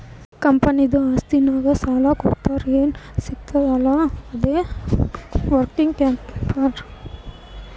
ಕಂಪನಿದು ಆಸ್ತಿನಾಗ್ ಸಾಲಾ ಕಳ್ದುರ್ ಏನ್ ಸಿಗ್ತದ್ ಅಲ್ಲಾ ಅದೇ ವರ್ಕಿಂಗ್ ಕ್ಯಾಪಿಟಲ್